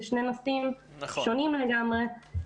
זה שני נושאים שונים לגמרי.